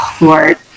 lord